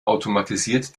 automatisiert